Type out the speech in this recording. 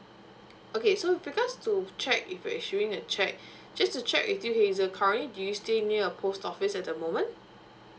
okay so because to check if you actually need check just to check with you hazel currently do you stay near a post office at the moment